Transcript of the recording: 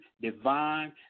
Divine